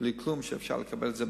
בלי מרשם ואפשר לקבל אותן בבית-המרקחת,